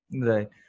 Right